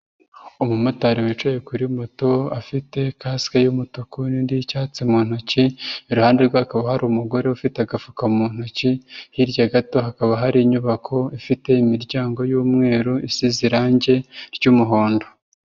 Umumotari wicaye kuri moto afite kasiku y'umutuku n'indi y'icyatsi mu ntoki, iruhande rwe hakaba hari umugore ufite agafuka mu ntoki, hirya gato hakaba hari inyubako ifite imiryango y'umweru isize irangi ry'umuhondo.